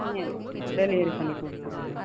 நீங்கள் எனக்கு டெலிவரி பண்ணி கொடுத்துருங்க